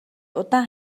удаан